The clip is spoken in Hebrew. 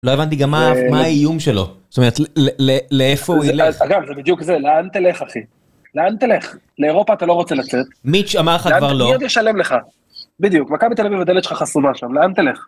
לא הבנתי גם מה האיום שלו. זאת אומרת לאיפה הוא ילך. אגב זה בדיוק זה, לאן תלך אחי? לאן תלך? לאירופה אתה לא רוצה לצאת. מינץ' אמר לך כבר לא. מי עוד ישלם לך? בדיוק, מכבי תל אביב הדלת שלך חסומה שם, לאן תלך?